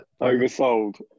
oversold